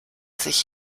sich